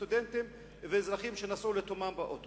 הם סטודנטים ואזרחים שנסעו לתומם באוטובוס.